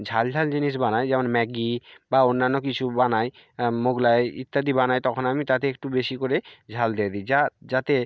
ঝাল ঝাল জিনিস বানাই যেমন ম্যাগি বা অন্যান্য কিছু বানাই মোগলাই ইত্যাদি বানাই তখন আমি তাতে একটু বেশি করে ঝাল দে দিই যা যাতে